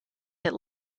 that